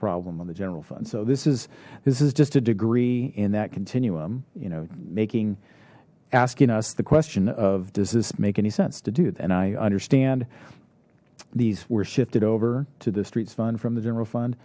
problem on the general fund so this is this is just a degree in that continuum you know making asking us the question of does this make any sense to do then i understand these were shifted over to the streets fund from the general fund